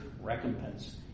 recompense